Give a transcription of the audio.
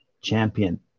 champion